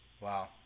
Wow